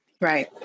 Right